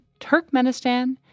Turkmenistan